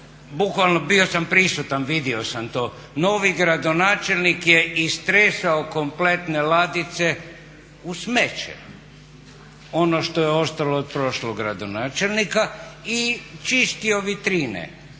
bukvalno bio sam prisutan, vidio sam to, novi gradonačelnik je istresao kompletne ladice u smeće ono što je ostalo od prošlog gradonačelnika i čistio vitrine